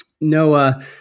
Noah